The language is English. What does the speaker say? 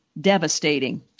devastating